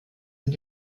mit